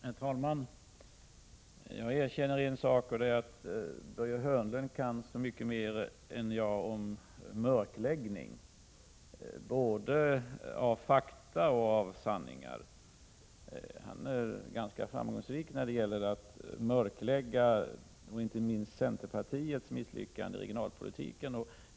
Herr talman! Jag erkänner en sak, och det är att Börje Hörnlund kan mycket mer än jag om mörkläggning, både av fakta och av sanningar. Han är ganska framgångsrik när det gäller att mörklägga inte minst centerpartiets misslyckande i regionalpolitiken.